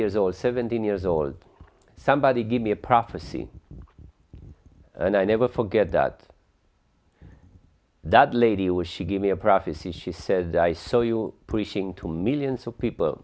old seventeen years old somebody give me a prophecy and i never forget that that lady was she gave me a prophecy she said i saw you preaching to millions of people